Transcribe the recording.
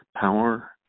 power